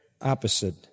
opposite